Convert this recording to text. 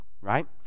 right